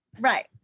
Right